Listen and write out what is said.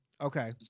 Okay